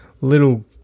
little